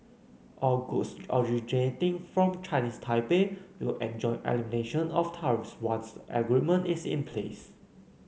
all goods originating from Chinese Taipei will enjoy elimination of tariffs once the agreement is in place